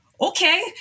okay